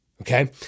Okay